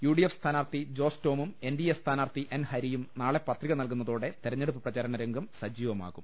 U D F സ്ഥാനാർത്ഥി ജോസ് ടോമും NDA സ്ഥാനാർത്ഥി എൻ ഹരിയും നാളെ പത്രിക നൽകുന്നതോടെ തെഞ്ഞെടുപ്പു പ്രചരണ രംഗം സജീവമാകും